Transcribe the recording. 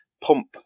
pump